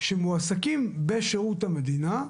שמועסקים בשירות המדינה,